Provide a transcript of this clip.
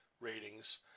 ratings